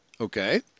Okay